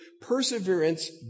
perseverance